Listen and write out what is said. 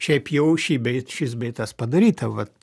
šiaip jau šį bei šis bei tas padaryta vat